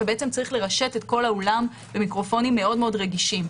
וצריך לרשת את כל האולם במיקרופונים מאוד רגישים.